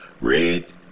Red